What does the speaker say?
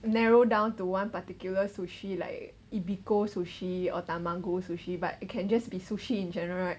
narrow down to one particular sushi like ebiko sushi or tamago sushi but it can just be sushi in general right